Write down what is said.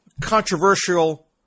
controversial